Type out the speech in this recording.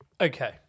Okay